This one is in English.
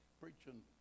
preaching